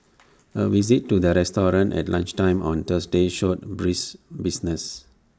A visit to the restaurant at lunchtime on Thursday showed brisk business